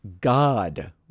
God